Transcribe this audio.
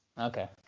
Okay